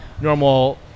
normal